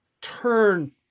turn